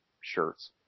shirts